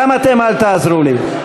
גם אתם אל תעזרו לי.